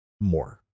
more